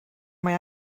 mae